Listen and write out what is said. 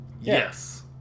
yes